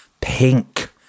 pink